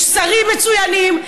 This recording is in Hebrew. יש שרים מצוינים,